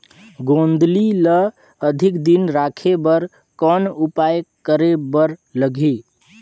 गोंदली ल अधिक दिन राखे बर कौन उपाय करे बर लगही?